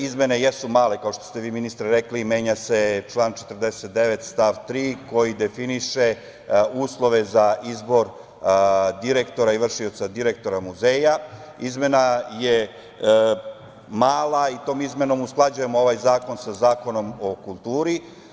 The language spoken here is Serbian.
Izmene jesu male, kao što ste, vi ministre, rekli, menja se član 49. stav 3. koji definiše uslove za izbor direktora i vršioca direktora muzeja, izmena je mala i tom izmenom usklađujemo ovaj zakon sa Zakonom o kulturi.